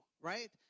right